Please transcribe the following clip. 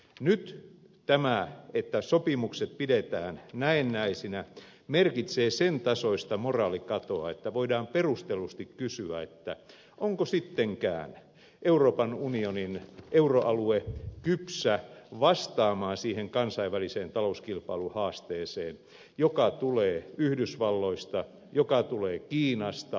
nyt tämä että sopimukset pidetään näennäisinä merkitsee sen tasoista moraalikatoa että voidaan perustellusti kysyä onko sittenkään euroopan unionin euroalue kypsä vastaamaan siihen kansainväliseen talouskilpailuhaasteeseen joka tulee yhdysvalloista joka tulee kiinasta aasiasta